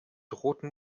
roten